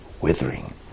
withering